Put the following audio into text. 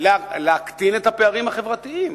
להקטין את הפערים החברתיים.